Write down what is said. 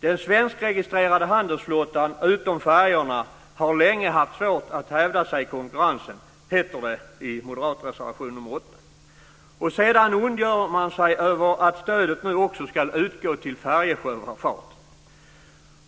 Den svenskregistrerade handelsflottan - utom färjorna - har länge haft svårt att hävda sig i konkurrensen, heter det i moderaternas reservation nr 8. Sedan ondgör man sig över att stödet nu också ska utgå till färjesjöfarten.